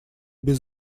без